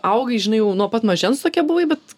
augai žinai jau nuo pat mažens tokia buvai bet